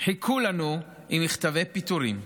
חיכו לנו עם מכתבי פיטורין.